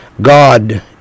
God